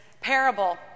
parable